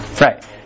Right